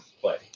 play